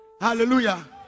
Hallelujah